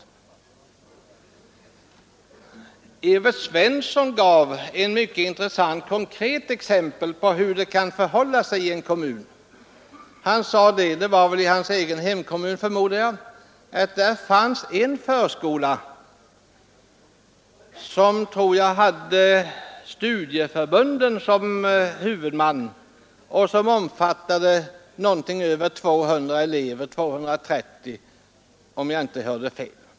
Herr Evert Svensson gav ett mycket intressant konkret exempel på hur det kan förhålla sig i en kommun — hans egen hemkommun förmodar jag. Han sade att det där finns en förskola som har — tror jag — studieförbunden som huvudman och som, efter vad jag uppfattade, omfattar 230 elever.